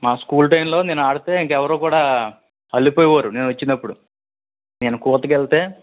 మా స్కూల్ టైమ్లో నేను ఆడితే ఇంకెవ్వరు కుడా అల్లిపోయేవారు నేను వచ్చినప్పుడు నేను కూతకెల్తే